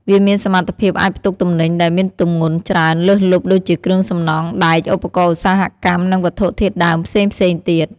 វាមានសមត្ថភាពអាចផ្ទុកទំនិញដែលមានទម្ងន់ច្រើនលើសលប់ដូចជាគ្រឿងសំណង់ ដែក ឧបករណ៍ឧស្សាហកម្ម និងវត្ថុធាតុដើមផ្សេងៗទៀត។